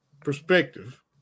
perspective